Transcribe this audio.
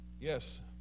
Yes